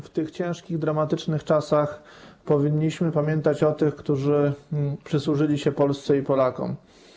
W tych ciężkich, dramatycznych czasach powinniśmy pamiętać o tych, którzy przysłużyli się Polsce i Polakom.